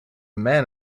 man